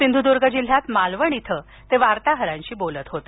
सिंधुदुर्ग जिल्ह्यात मालवण इथं ते वार्ताहरांशी बोलत होते